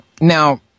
Now